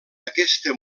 aquesta